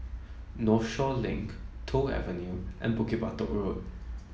Northshore Link Toh Avenue and Bukit Batok Road